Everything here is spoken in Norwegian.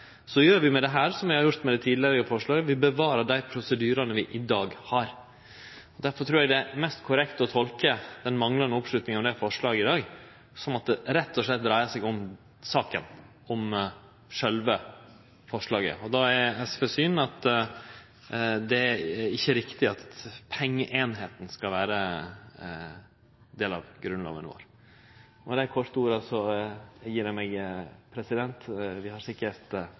Så i den grad nokon no inviterer til at dette har med prosedyrar å gjere: Vi gjer med dette som vi har gjort med dei tidlegare forslaga; vi bevarer dei prosedyrane vi i dag har. Derfor trur eg det er mest korrekt å tolke den manglande oppslutninga om dette forslaget i dag som at det rett og slett dreier seg om saka, om sjølve forslaget. Og då er SVs syn at det ikkje er riktig at pengeeiniga skal vere del av Grunnlova vår. Med dei korte orda gjev eg meg. Vi har sikkert